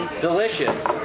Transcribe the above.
Delicious